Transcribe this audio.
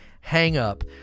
hang-up